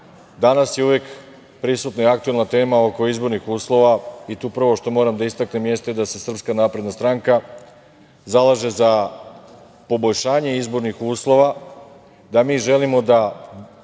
RIK-u. Danas je uvek prisutna i aktuelna tema oko izbornih uslova i tu prvo što moram da istaknem jeste da se SNS zalaže za poboljšanje izbornih uslova, da mi želimo da